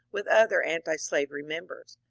with other antblavery members.